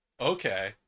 okay